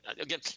Again